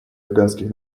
афганских